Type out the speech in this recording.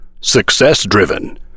success-driven